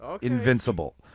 Invincible